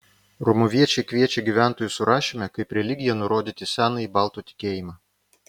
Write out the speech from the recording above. romuviečiai kviečia gyventojų surašyme kaip religiją nurodyti senąjį baltų tikėjimą